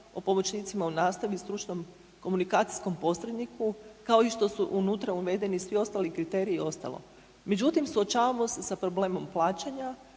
o pomoćnicima u nastavi i stručnom komunikacijskom posredniku kao i što su unutra uvedeni svi ostali kriteriji i ostalom, međutim suočavamo se sa problemom plaćanja,